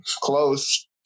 close